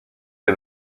est